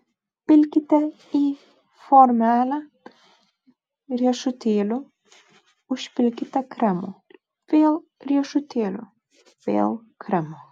pilkite į formelę riešutėlių užpilkite kremo vėl riešutėlių vėl kremo